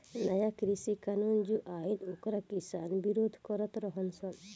नया कृषि कानून जो आइल ओकर किसान विरोध करत रह सन